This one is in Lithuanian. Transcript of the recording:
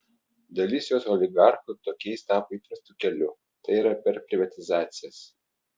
dalis jos oligarchų tokiais tapo įprastu keliu tai yra per privatizacijas